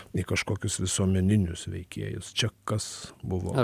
į kažkokius visuomeninius veikėjus čia kas buvo